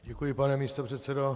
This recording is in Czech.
Děkuji, pane místopředsedo.